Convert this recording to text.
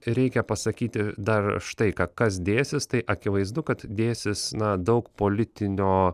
reikia pasakyti dar štai ką kas dėsis tai akivaizdu kad dėsis na daug politinio